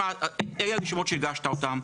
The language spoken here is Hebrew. אלה הרשימות שהגשת אותן.